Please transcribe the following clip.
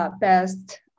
best